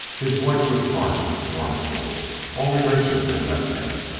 his voice was harsh and scornful all elation had left him.